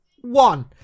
one